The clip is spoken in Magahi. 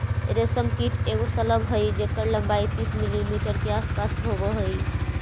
रेशम कीट एगो शलभ हई जेकर लंबाई तीस मिलीमीटर के आसपास होब हई